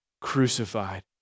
crucified